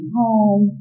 home